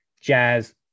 Jazz